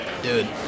dude